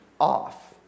off